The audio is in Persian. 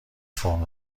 فرم